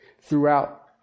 throughout